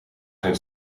zijn